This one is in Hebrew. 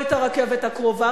או את הרכבת הקרובה.